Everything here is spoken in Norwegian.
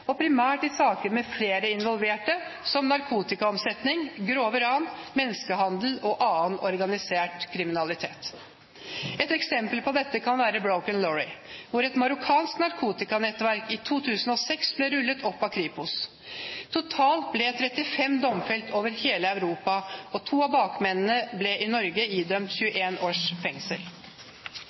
og primært i saker med flere involverte, som narkotikaomsetning, grove ran, menneskehandel og annen organisert kriminalitet. Et eksempel på dette er «Operasjon Broken Lorry», hvor et marokkansk narkotikanettverk i 2006 ble rullet opp av Kripos. Totalt ble 35 domfelt over hele Europa, og to av bakmennene ble i Norge idømt 21 års fengsel.